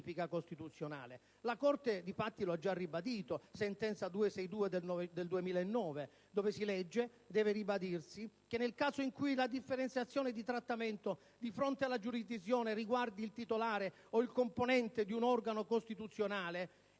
costituzionale. La Corte, difatti, lo ha ribadito di recente nella sentenza n. 262 del 19 ottobre 2009, dove si legge: «deve ribadirsi che nel caso in cui la differenziazione di trattamento di fronte alla giurisdizione riguardi il titolare o il componente di un organo costituzionale,